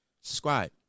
Subscribe